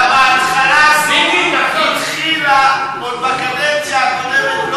למה ההתחלה הזו התחילה עוד בקדנציה הקודמת.